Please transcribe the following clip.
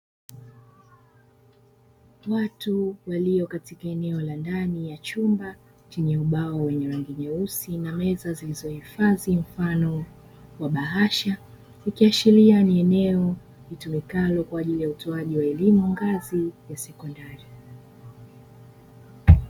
Watu walio katika eneo la ndani la chumba chenye ubao wa rangi nyeusi na meza zilizohifadhi mfano wa bahasha, ikiashiria ni eneo litumikalo kwa ajili ya utoaji wa elimu ngazi ya sekondari.